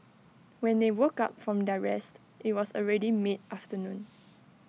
when they woke up from their rest IT was already mid afternoon